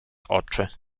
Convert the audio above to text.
oczy